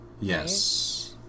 Yes